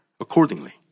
accordingly